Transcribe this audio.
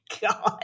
God